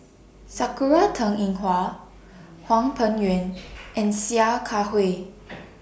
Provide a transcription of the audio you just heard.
Sakura Teng Ying Hua Hwang Peng Yuan and Sia Kah Hui